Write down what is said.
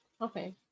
Okay